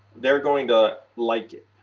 they're going to like it.